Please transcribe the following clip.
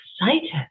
excited